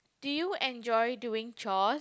do you enjoy doing chores